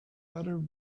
better